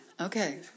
Okay